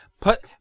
put